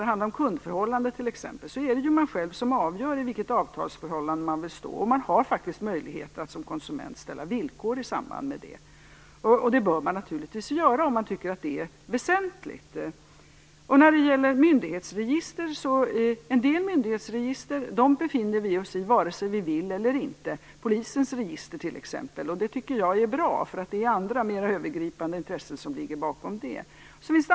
I kundförhållanden är det man själv som avgör i vilket avtalsförhållande man vill stå, och man har faktiskt möjlighet att som konsument ställa villkor i samband med det. Det bör man naturligtvis göra om man tycker att det är väsentligt. En del myndighetsregister befinner vi oss i vare sig vi vill eller inte, t.ex. polisens register. Det tycker jag är bra, eftersom det är andra, mer övergripande intressen som ligger bakom.